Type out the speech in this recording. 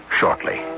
shortly